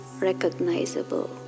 recognizable